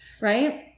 right